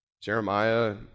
Jeremiah